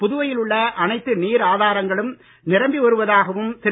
புதுவையில் உள்ள அனைத்து நீர் ஆதாரங்களும் நிரம்பி வருவதாகவும் திரு